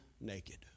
naked